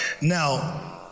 Now